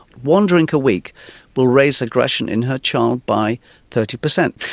one drink a week will raise aggression in her child by thirty per cent.